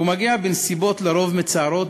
והוא מגיע בנסיבות לרוב מצערות,